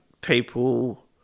people